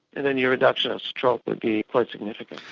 and then your reduction of stroke would be quite significant.